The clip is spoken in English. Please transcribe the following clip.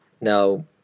Now